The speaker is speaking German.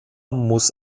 muss